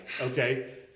okay